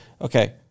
Okay